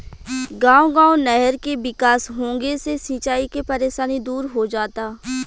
गांव गांव नहर के विकास होंगे से सिंचाई के परेशानी दूर हो जाता